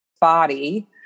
body